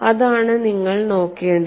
അതാണ് നിങ്ങൾ നോക്കേണ്ടത്